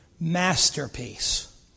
masterpiece